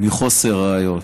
מחוסר ראיות.